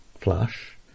flush